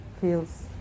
feels